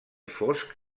fosc